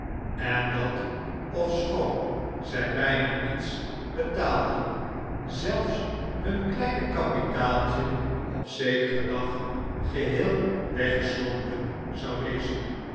en dat ofschoon zij bijna niets betaalden zelfs hun klein kapitaaltje op zekeren dag geheel weggeslonken zou wezen